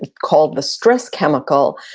called the stress chemical.